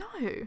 no